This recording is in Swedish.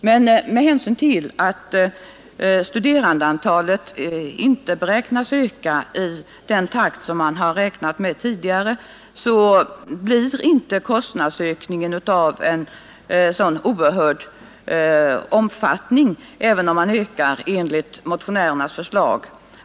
Men med hänsyn till att studerandeantalet inte beräknas öka i den takt som man har räknat med tidigare blir inte kostnadsökningen av en sådan oerhörd omfattning, även om man ökar enligt motionärernas förslag.